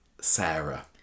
Sarah